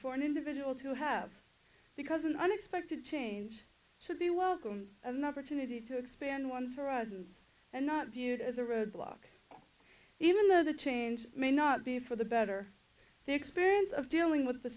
for an individual to have because an unexpected change to be welcomed another to need to expand one's horizons and not viewed as a roadblock even though the change may not be for the better the experience of dealing with the